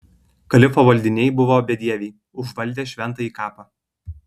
kalifo valdiniai buvo bedieviai užvaldę šventąjį kapą